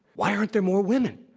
why aren't there more women?